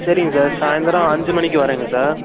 சரிங்க சார் சாயந்த்ரம் அஞ்சு மணிக்கு வரேங்க சார்